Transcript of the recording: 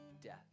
death